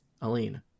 Aline